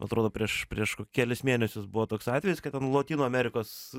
atrodo prieš prieš kelis mėnesius buvo toks atvejis kad ten lotynų amerikos